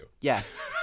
Yes